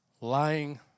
lying